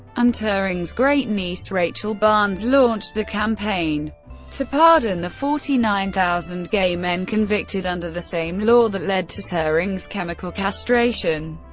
and turing's great niece rachel barnes launched a campaign to pardon the forty nine thousand gay men convicted under the same law that led to turing's chemical castration.